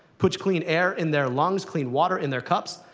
puts clean air in their lungs, clean water in their cups,